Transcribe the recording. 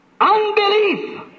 Unbelief